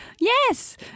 Yes